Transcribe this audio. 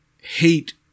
hate